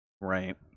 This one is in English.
Right